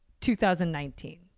2019